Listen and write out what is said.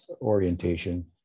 orientation